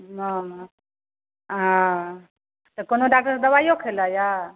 ओ ओ तऽ कोनो डॉकटरसे दवाइओ खएलऽ यऽ